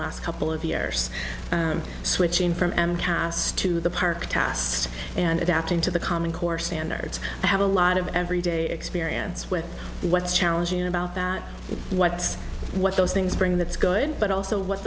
last couple of years of switching from am cast to the park task and adapting to the common core standards i have a lot of every day experience with what's challenging about that what's what those things bring that's good but also what